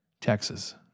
Texas